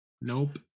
Nope